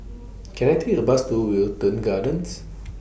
Can I Take A Bus to Wilton Gardens